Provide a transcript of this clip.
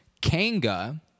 Kanga